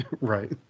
Right